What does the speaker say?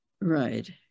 Right